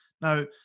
Now